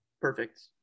Perfect